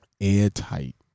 Airtight